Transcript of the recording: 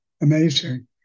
Amazing